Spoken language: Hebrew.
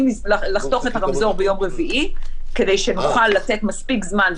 לחתוך את הרמזור ביום רביעי כדי שנוכל לתת מספיק זמן,